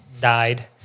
died